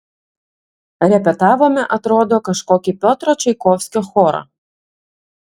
repetavome atrodo kažkokį piotro čaikovskio chorą